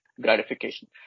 gratification